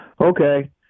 Okay